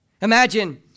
Imagine